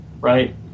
Right